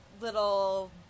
little